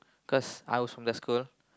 cause I was from that school